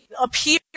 appear